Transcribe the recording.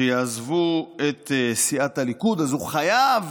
שיעזבו את סיעת הליכוד, אז הוא חייב